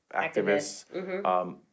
activists